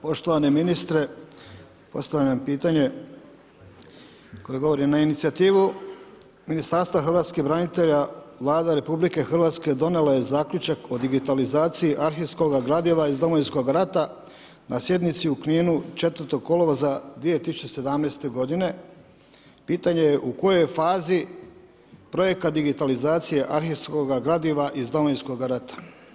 Poštovani ministre, postavljam pitanje koje govore na inicijativu Ministarstva hrvatskih branitelja, Vlada RH donijela je zaključak o digitalizaciji arhivskog gradiva iz Domovinskog rata na sjednici u Kninu 4. kolovoza 2017. godine, pitanje je u kojoj je fazi projekat digitalizacije arhivskoga gradiva iz Domovinskoga rata?